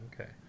Okay